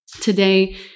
today